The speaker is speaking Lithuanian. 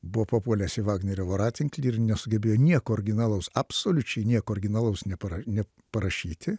buvo papuolęs į vagnerio voratinklį ir nesugebėjo nieko originalaus absoliučiai nieko originalaus nepara ne parašyti